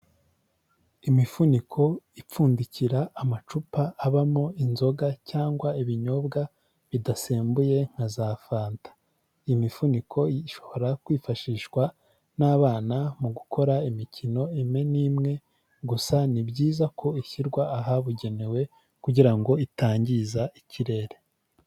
Imifuniko ipfundikira amacupa abamo inzoga cyangwa ibinyobwa bidasembuye nka za fanta, imifuniko ishobora kwifashishwa n'abana mu gukora imikino imwe n'imwe gusa ni byiza ko ishyirwa ahabugenewe kugira ngo itangiza ikirere.